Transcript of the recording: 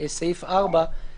סעיף 4,